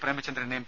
Premachandran M